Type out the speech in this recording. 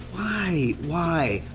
why, why?